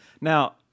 Now